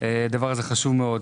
דבר ראשון בחשיבותו,